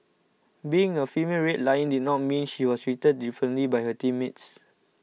being a female Red Lion did not mean she was treated differently by her teammates